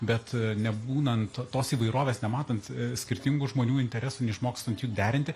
bet nebūnant tos įvairovės nematant skirtingų žmonių interesų neišmokstant jų derinti